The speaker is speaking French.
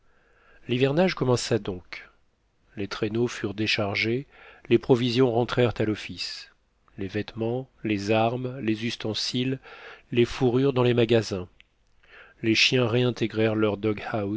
l'hivernage commença donc les traîneaux furent déchargés les provisions rentrèrent à l'office les vêtements les armes les ustensiles les fourrures dans les magasins les chiens réintégrèrent leur